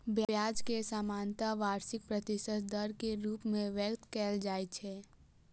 ब्याज कें सामान्यतः वार्षिक प्रतिशत दर के रूप मे व्यक्त कैल जाइ छै